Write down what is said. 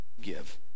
give